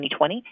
2020